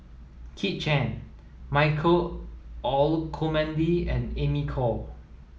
Kit Chan Michael Olcomendy and Amy Khor